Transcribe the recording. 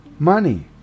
money